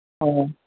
ꯑ